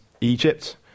Egypt